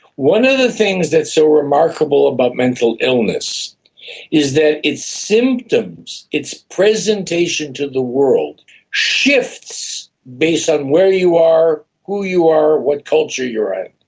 one of the things that's so remarkable about mental illness is that its symptoms, its presentation to the world shifts based on where you are, who you are, what culture you're at.